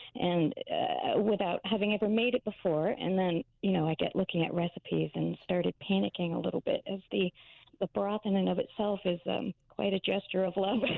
and without having ever made it before. and then you know i get looking at recipes and started panicking a little bit, as the but broth in and of itself is quite a gesture of love.